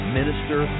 minister